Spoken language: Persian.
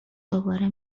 دوباره